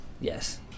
Yes